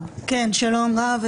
שלום רב,